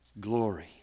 glory